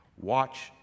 Watch